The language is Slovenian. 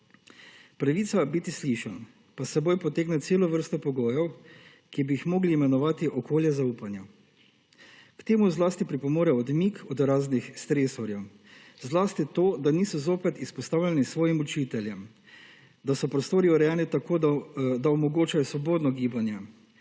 Pravica biti slišan pa s seboj potegne celo vrsto pogojev, ki bi jih mogli imenovati okolje zaupanja. K temu zlasti pripomore odmik od raznih stresorjev, zlasti to, da niso zopet izpostavljeni svojim učiteljem, da so prostori urejeni tako, da omogočajo svobodno gibanje,